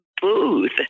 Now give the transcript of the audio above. booth